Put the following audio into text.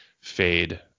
fade